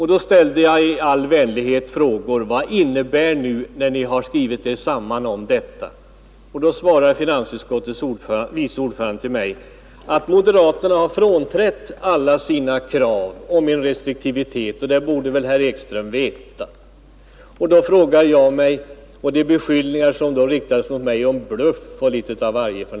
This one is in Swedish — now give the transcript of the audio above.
Då ställde jag i all vänlighet frågan: Vad innebär det när ni skrivit er samman om detta? På detta svarade finansutskottets vice ordförande att moderaterna frånträtt sina krav om restriktivitet, och det borde väl herr Ekström veta. Och herr vice ordföranden riktade beskyllningar mot mig för bluff och litet av varje.